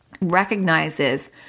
recognizes